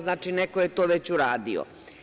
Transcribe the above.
Znači, neko je to već uradio.